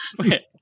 Okay